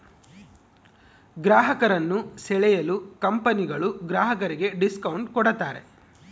ಗ್ರಾಹಕರನ್ನು ಸೆಳೆಯಲು ಕಂಪನಿಗಳು ಗ್ರಾಹಕರಿಗೆ ಡಿಸ್ಕೌಂಟ್ ಕೂಡತಾರೆ